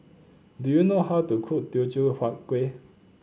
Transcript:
do you know how to cook Teochew Huat Kueh